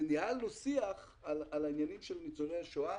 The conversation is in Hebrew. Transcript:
וניהלנו שיח על העניינים של ניצולי השואה